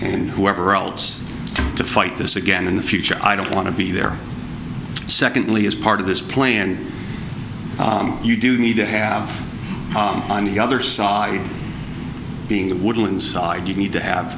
and whoever else to fight this again in the future i don't want to be there secondly as part of this plan you do need to have on the other side being the woodlands side you need to have